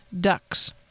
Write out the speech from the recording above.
ducks